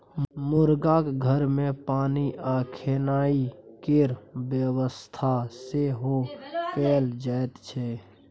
मुरगाक घर मे पानि आ खेनाइ केर बेबस्था सेहो कएल जाइत छै